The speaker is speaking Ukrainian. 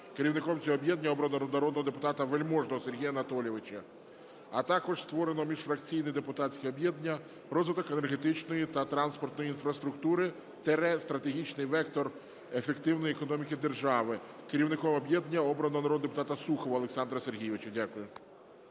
Керівником цього об'єднання обрано народного депутата Вельможного Сергія Анатолійовича. А також створено міжфракційне депутатське об'єднання "Розвиток енергетичної та транспортної інфраструктури – стратегічний вектор ефективної економіки держави". Керівником об'єднання обраного народного депутата Сухова Олександра Сергійовича. Дякую.